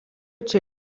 čia